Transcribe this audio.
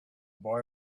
boy